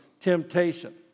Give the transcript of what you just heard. temptation